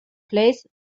place